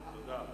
תודה.